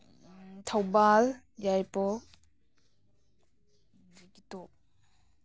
ꯊꯧꯕꯥꯜ ꯌꯥꯏꯔꯤꯄꯣꯛ ꯀꯤꯇꯣꯛ